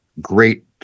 great